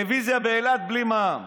הוצאו להורג והומתו במדינה זרה,